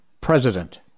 president